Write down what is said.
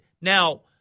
Now